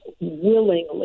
willingly